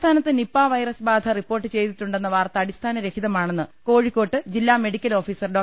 സംസ്ഥാനത്ത് Nipah virus ബ്രി്ധ report ചെയ്തിട്ടു ണ്ടെന്ന വാർത്ത അടിസ്ഥാന ർഹിതമാണെന്ന് കോഴിക്കോട്ട് ജില്ലാ മെഡിക്കൽ ഓഫീസർ ഡോ